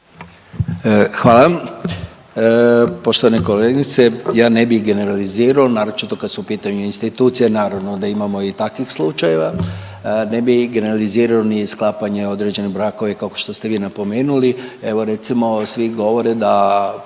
Hvala. Poštovana kolegice, ja ne bi generalizirao, naročito kad su u pitanju institucije, naravno da imamo i takvih slučajeva, ne bi generalizirao ni sklapanje određenih brakova kako što ste vi napomenuli. Evo recimo svi govore da